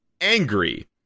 angry